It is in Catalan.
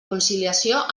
conciliació